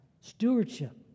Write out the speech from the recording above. Stewardship